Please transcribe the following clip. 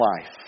life